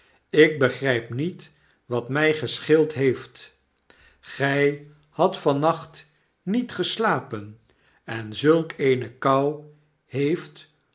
ik begryp niet wat my gescheeldheeft gy hadt van nacht niet geslapen en zulk eene kou heeft